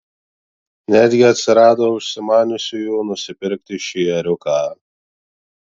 netgi atsirado užsimaniusiųjų nusipirkti šį ėriuką